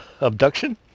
abduction